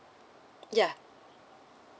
ya